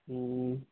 ہوں